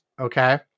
Okay